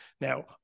Now